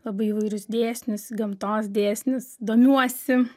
labai įvairius dėsnius gamtos dėsnius domiuosi